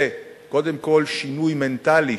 זה קודם כול שינוי מנטלי,